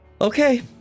Okay